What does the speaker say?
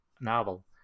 novel